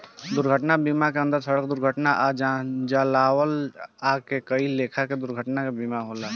दुर्घटना बीमा के अंदर सड़क दुर्घटना आ जलावल आ कई लेखा के दुर्घटना के बीमा होला